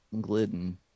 Glidden